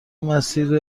مسیر